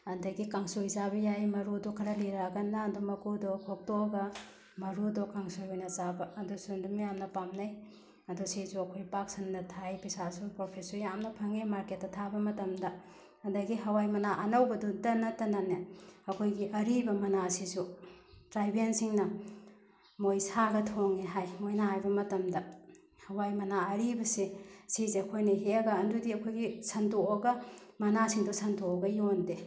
ꯑꯗꯒꯤ ꯀꯥꯡꯁꯣꯏ ꯆꯥꯕ ꯌꯥꯏ ꯃꯔꯨꯗꯣ ꯈꯔ ꯂꯤꯔꯛꯑꯒꯅ ꯑꯗꯨꯝ ꯃꯀꯨꯗꯣ ꯈꯣꯛꯇꯣꯛꯑꯒ ꯃꯔꯨꯗꯣ ꯀꯥꯡꯁꯣꯏ ꯑꯣꯏꯅ ꯆꯥꯕ ꯑꯗꯨꯁꯨ ꯑꯗꯨꯝ ꯌꯥꯝꯅ ꯄꯥꯝꯅꯩ ꯑꯗꯨ ꯁꯤꯁꯨ ꯑꯩꯈꯣꯏ ꯄꯥꯛ ꯁꯟꯅ ꯊꯥꯏ ꯄꯩꯁꯥꯁꯨ ꯄ꯭ꯔꯣꯐꯤꯠꯁꯨ ꯌꯥꯝꯅ ꯐꯪꯉꯦ ꯃꯥꯔꯀꯦꯠꯇ ꯊꯥꯕ ꯃꯇꯝꯗ ꯑꯗꯒꯤ ꯍꯋꯥꯏ ꯃꯅꯥ ꯑꯅꯧꯕꯗꯨꯇ ꯅꯠꯇꯅꯅꯦ ꯑꯩꯈꯣꯏꯒꯤ ꯑꯔꯤꯕ ꯃꯅꯥꯁꯤꯁꯨ ꯇ꯭ꯔꯥꯏꯕꯦꯟꯁꯤꯡꯅ ꯃꯣꯏ ꯁꯥꯒ ꯊꯣꯡꯉꯦ ꯍꯥꯏ ꯃꯣꯏꯅ ꯍꯥꯏꯕ ꯃꯇꯝꯗ ꯍꯋꯥꯏ ꯃꯅꯥ ꯑꯔꯤꯕꯁꯦ ꯁꯤꯁꯦ ꯑꯩꯈꯣꯏꯅ ꯍꯦꯛꯑꯒ ꯑꯗꯨꯗꯤ ꯑꯩꯈꯣꯏꯒꯤ ꯁꯟꯗꯣꯛꯑꯒ ꯃꯅꯥꯁꯤꯡꯗꯨ ꯁꯟꯗꯣꯛꯑꯒ ꯌꯣꯟꯗꯦ